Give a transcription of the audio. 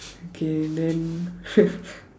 okay then